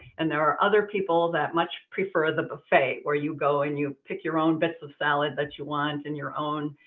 and there are other people that much prefer the buffet where you go and you pick your own bits of salad that you want and your own